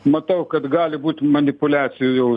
matau kad gali būt manipuliacijų jau